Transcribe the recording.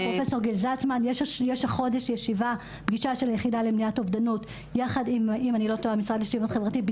יש החודש פגישה של היחידה למניעת אובדנות יחד עם המשרד לשוויון חברתי,